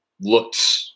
looked